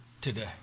today